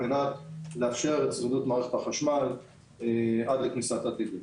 על מנת לאפשר את שרידות מערכת החשמל עד לכניסת תחמ"ג עתידים.